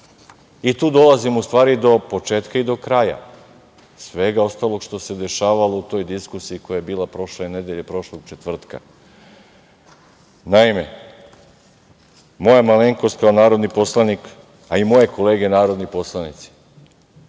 i tu dolazimo u stvari do početka i kraja svega ostalog što se dešavalo u toj diskusiji koja je bila prošle nedelje, prošlog četvrtka. Naime, moja malenkost, kao narodni poslanik, a i moje kolege narodni poslanici